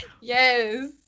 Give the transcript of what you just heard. Yes